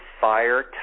fire